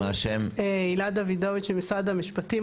הילה דוידוביץ ממשרד המשפטים.